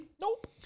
Nope